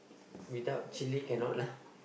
without chili cannot lah